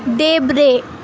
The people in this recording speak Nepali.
देब्रे